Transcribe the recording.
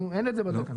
אין את זה בתקנות.